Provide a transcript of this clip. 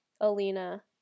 Alina